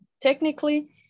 technically